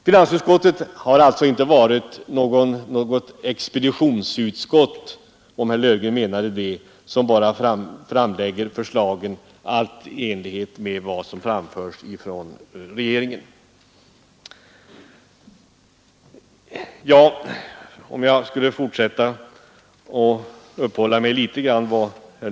Finansutskottet har alltså inte varit något ”expeditionsutskott” som bara framlägger förslag i enlighet med vad som framförs från regeringen, om nu herr Löfgren menat det.